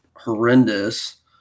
horrendous